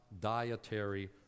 dietary